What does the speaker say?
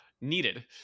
needed